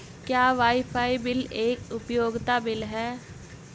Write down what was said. क्या wifi bill एक उपयोगिता बिल है?